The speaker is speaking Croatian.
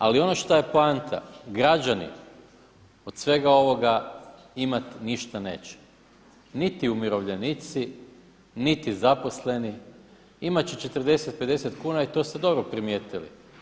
Ali ono što je poanta, građani od svega ovoga imati ništa neće, niti umirovljenici, niti zaposleni, imati će 40, 50 kuna i to ste dobro primijetili.